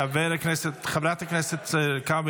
חבר הכנסת רון כץ,